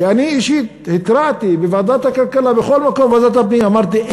כי אני אישית התרעתי בוועדת הכלכלה ובוועדת הפנים ואמרתי,